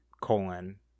colon